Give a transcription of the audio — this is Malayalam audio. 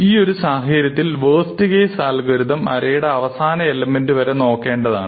ഈയൊരു സാഹചര്യത്തിൽ വേർസ്റ്റ് കേസ് അൽഗോരിതം അരയുടെ അവസാന എലമെന്റ് വരെ നോക്കേണ്ടതാണ്